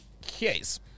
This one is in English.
case